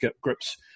grips